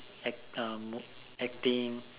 act acting